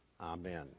Amen